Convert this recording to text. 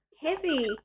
heavy